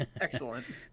excellent